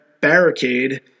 barricade